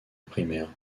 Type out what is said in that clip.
primaire